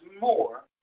more